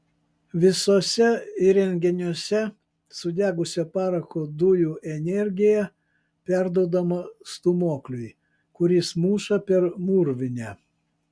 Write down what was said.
visuose įrenginiuose sudegusio parako dujų energija perduodama stūmokliui kuris muša per mūrvinę